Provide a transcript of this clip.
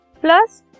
plus